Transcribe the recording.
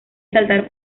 saltar